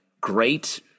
great